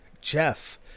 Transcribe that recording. Jeff